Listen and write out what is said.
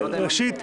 ראשית,